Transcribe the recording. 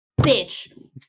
bitch